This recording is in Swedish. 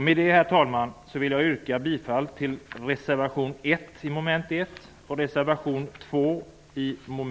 Med det, herr talman, vill jag yrka bifall till reservation 1 i mom. 1 och till reservation 2 i mom.